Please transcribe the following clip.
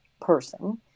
person